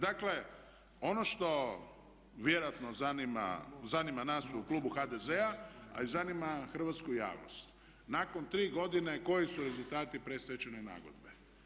Dakle ono što vjerojatno zanima nas u klubu HDZ-a a i zanima hrvatsku javnost, nakon 3 godine koji su rezultati predstečajne nagodbe?